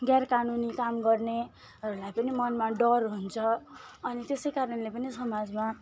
गैर कानुनी काम गर्नेहरूलाई पनि मनमा डर हुन्छ अनि त्यसै कारणले पनि समाजमा